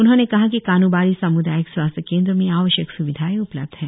उन्होंने कहा कि कानूबारी साम्दायिक स्वास्थ्य केंद्र में आवश्यक स्विधाएं उपलब्ध हैं